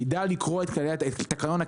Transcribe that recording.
יידע לקרוא את תקנון הקהילה.